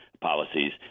policies